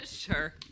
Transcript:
Sure